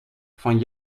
van